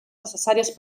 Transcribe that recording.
necessàries